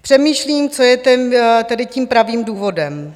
Přemýšlím, co je tedy tím pravým důvodem.